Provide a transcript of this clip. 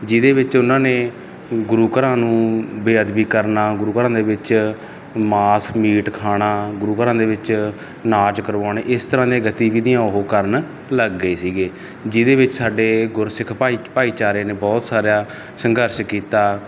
ਜਿਹਦੇ ਵਿੱਚ ਉਨ੍ਹਾਂ ਨੇ ਗੁਰੂ ਘਰਾਂ ਨੂੰ ਬੇਅਦਬੀ ਕਰਨਾ ਗੁਰੂ ਘਰਾਂ ਦੇ ਵਿੱਚ ਮਾਸ ਮੀਟ ਖਾਣਾ ਗੁਰੂ ਘਰਾਂ ਦੇ ਵਿੱਚ ਨਾਚ ਕਰਵਾਉਣੇ ਇਸ ਤਰਾਂ ਦੀਆਂ ਗਤੀਵਿਧੀਆਂ ਉਹ ਕਰਨ ਲੱਗ ਗਏ ਸੀਗੇ ਜਿਹਦੇ ਵਿੱਚ ਸਾਡੇ ਗੁਰਸਿੱਖ ਭਾਈ ਭਾਈਚਾਰੇ ਨੇ ਬਹੁਤ ਸਾਰਾ ਸੰਘਰਸ਼ ਕੀਤਾ